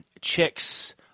Chicks